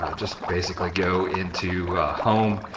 ah just basically go into home,